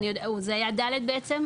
זה היה (ד) בעצם.